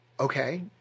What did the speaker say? okay